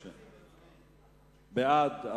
בעד,